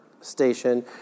station